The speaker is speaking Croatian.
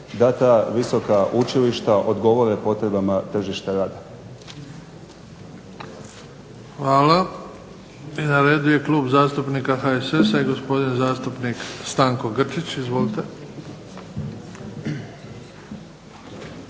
da ta visoka učilišta odgovore potrebama tržišta rada. **Bebić, Luka (HDZ)** Hvala. I na redu je Klub zastupnika HSS-a i gospodin zastupnik Stanko Grčić. Izvolite.